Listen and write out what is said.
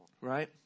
Right